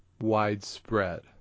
widespread